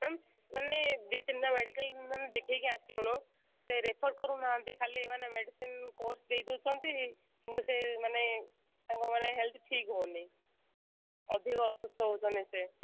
ma'am ମାନେ ଦୁଇ ତିନିଟା ମେଡିକାଲ୍ ମ୍ୟାମ୍ ଦେଖାଇକି ଆସିଲୁଣୁ ଏ ରେଫର୍ କରୁନାହାନ୍ତି ଖାଲି ମାନେ ମେଡ଼ିସିନ୍ କୋର୍ସ ଦେଇ ଦେଉଛନ୍ତି କିନ୍ତୁ ସେ ମାନେ ତାଙ୍କ ମାନେ ହେଲ୍ଥ୍ ଠିକ୍ ହେଉନି ଅଧିକ ଅସୁସ୍ଥ ହେଉଛନ୍ତି ସେ